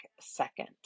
second